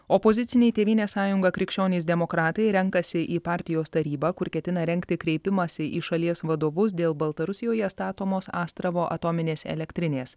opoziciniai tėvynės sąjunga krikščionys demokratai renkasi į partijos tarybą kur ketina rengti kreipimąsi į šalies vadovus dėl baltarusijoje statomos astravo atominės elektrinės